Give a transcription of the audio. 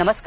नमस्कार